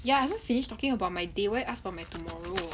ya I haven't finish talking about my day why you ask for my tomorrow